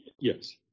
Yes